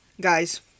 guys